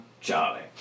Charlie